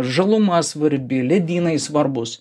žaluma svarbi ledynai svarbūs